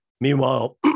Meanwhile